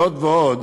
זאת ועוד,